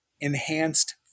enhanced